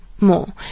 more